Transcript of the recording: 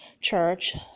church